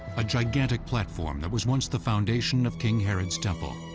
a gigantic platform that was once the foundation of king herod's temple.